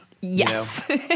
Yes